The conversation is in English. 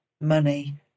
Money